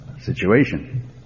situation